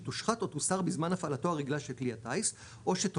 תושחת או תוסר בזמן הפעלתו הרגילה של כלי הטיס,